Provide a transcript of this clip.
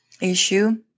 issue